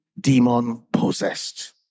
demon-possessed